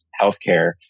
healthcare